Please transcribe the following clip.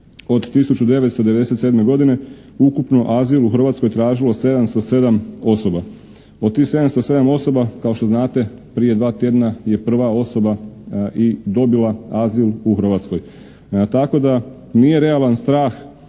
od 1997. godine ukupno azil u Hrvatskoj tražilo 707 osoba. Od tih 707 osoba kao što znate prije dva tjedna je prva osoba i dobila azil u Hrvatskoj tako da nije realan strah